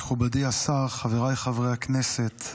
מכובדי השר, חבריי חברי הכנסת,